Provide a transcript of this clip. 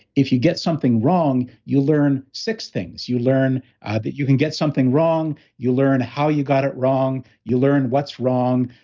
if you get something wrong, you learn six things. you learn that you can get something wrong, you learn how you got it wrong, you learn what's wrong,